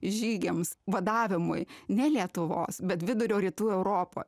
žygiams badavimui ne lietuvos bet vidurio rytų europa